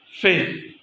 faith